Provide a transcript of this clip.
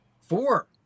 Four